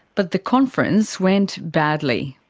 but the conference went badly.